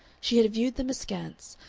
she had viewed them askance,